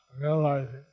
realizing